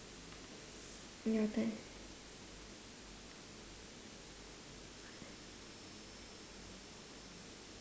your turn